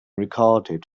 recorded